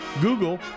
Google